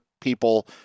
people